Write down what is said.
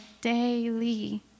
daily